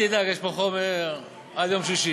מימייה, אל תדאג, יש פה חומר עד יום שישי.